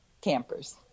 campers